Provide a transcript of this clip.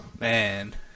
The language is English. man